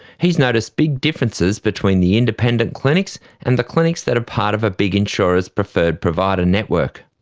he's noticed big differences between the independent clinics and the clinics that are part of a big insurer's preferred provider network.